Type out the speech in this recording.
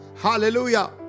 Hallelujah